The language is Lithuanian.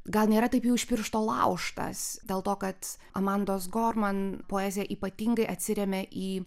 gal nėra taip jau iš piršto laužtas dėl to kad amandos gorman poezija ypatingai atsiremia į